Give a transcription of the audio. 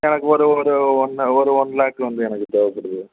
எனக்கு ஒரு ஒரு ஒன் ஒரு ஒன் லேக் வந்து எனக்கு தேவைப்படுது